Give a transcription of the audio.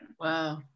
Wow